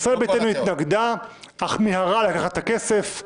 ישראל ביתנו התנגדה אך מיהרה לקחת את הכסף.